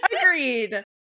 Agreed